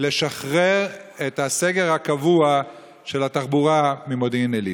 ולשחרר את הסגר הקבוע של התחבורה במודיעין עילית.